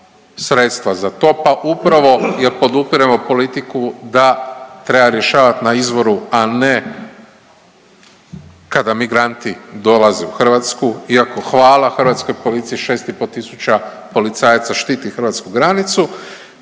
sredstva za to, pa upravo jer podupiremo politiku da treba rješavati na izvoru, a ne kada migranti dolaze u Hrvatsku, iako hvala hrvatskoj policiji, 6,5 tisuća policajaca štiti hrvatsku granicu.